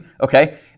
okay